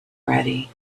ready